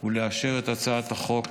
ולאשר את הצעת החוק